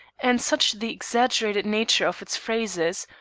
and such the exaggerated nature of its phrases,